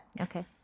Okay